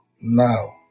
now